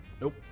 Nope